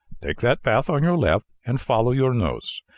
take that path on your left and follow your nose.